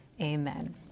amen